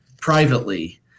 privately